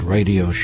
Radio